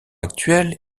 actuel